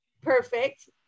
perfect